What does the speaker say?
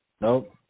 Nope